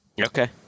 Okay